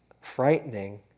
frightening